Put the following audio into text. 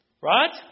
Right